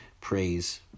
praise